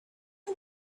you